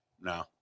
No